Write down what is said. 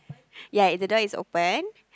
ya if the door is open